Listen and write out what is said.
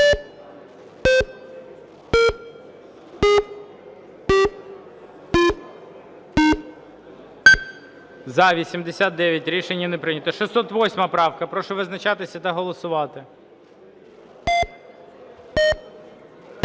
За-89 Рішення не прийнято. 608 правка. Прошу визначатися та голосувати.